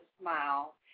smile